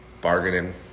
Bargaining